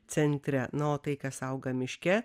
centre na o tai kas auga miške